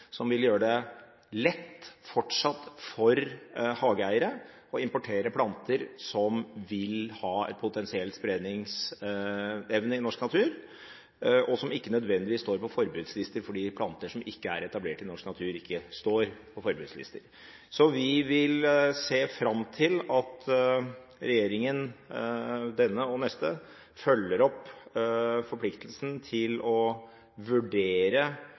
Dette vil fortsatt gjøre det lett for hageeiere å importere planter som vil ha en potensiell spredningsevne i norsk natur, og som ikke nødvendigvis står på forbudslister fordi planter som ikke er etablert i norsk natur, ikke står på forbudslister. Så vi vil se fram til at regjeringen – denne og neste – følger opp forpliktelsen til å vurdere